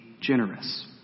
generous